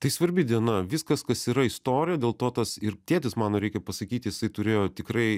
tai svarbi diena viskas kas yra istorija dėl to tas ir tėtis mano reikia pasakyt jisai turėjo tikrai